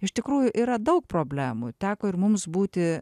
iš tikrųjų yra daug problemų teko ir mums būti